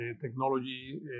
technology